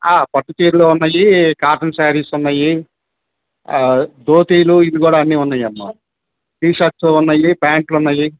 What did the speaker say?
పట్టు చీరలు ఉన్నాయి కాటన్ సారీస్ ఉన్నాయి ధోతీలు ఇవి కూడా అన్ని ఉన్నాయ్యమ్మ టీ షర్ట్సు ఉన్నాయి పాంట్లు ఉన్నాయి